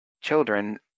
children